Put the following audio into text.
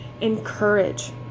encourage